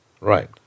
right